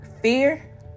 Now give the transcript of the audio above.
fear